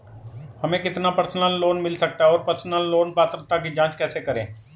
हमें कितना personal loan मिल सकता है और पर्सनल लोन पात्रता की जांच कैसे करें?